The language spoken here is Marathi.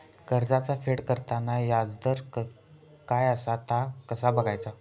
कर्जाचा फेड करताना याजदर काय असा ता कसा बगायचा?